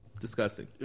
disgusting